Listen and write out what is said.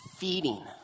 feeding